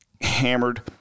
hammered